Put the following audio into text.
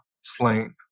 slain